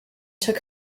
took